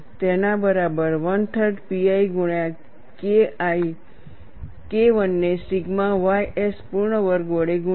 તેના બરાબર 13 pi ગુણ્યા KI ને sigma ys પૂર્ણ વર્ગ વડે ગુણીએ